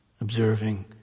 observing